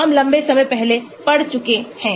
हम लंबे समय पहले पढ़ चुके हैं